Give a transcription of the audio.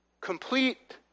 Complete